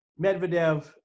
Medvedev